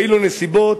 באילו נסיבות,